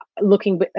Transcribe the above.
looking